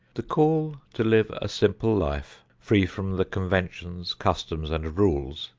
the call to live a simple life, free from the conventions, customs and rules,